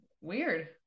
weird